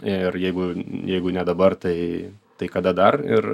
ir jeigu jeigu ne dabar tai tai kada dar ir